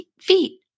feet